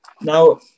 Now